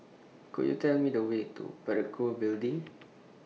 Could YOU Tell Me The Way to Parakou Building